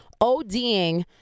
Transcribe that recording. ODing